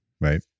Right